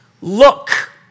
look